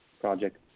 project